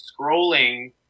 scrolling